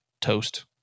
Toast